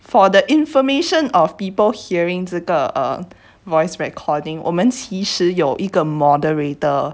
for the information of people hearing 这个 a voice recording 我们其实有一个 moderator